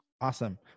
awesome